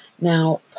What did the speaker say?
Now